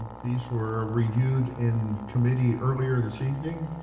these were ah reviewed in committee earlier this evening